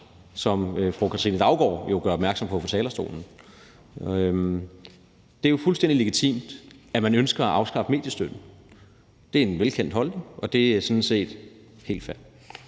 som fru Katrine Daugaard gør opmærksom på på talerstolen. Det er jo fuldstændig legitimt, at man ønsker at afskaffe mediestøtten. Det er en velkendt holdning, og det er sådan set helt fair.